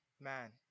man